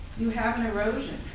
you have an erosion.